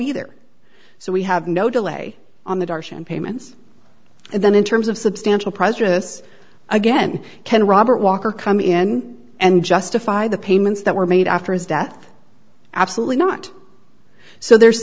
either so we have no delay on the darshan payments and then in terms of substantial prejudice again can robert walker come in and justify the payments that were made after his death absolutely not so there's